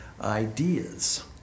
ideas